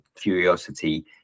curiosity